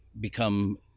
become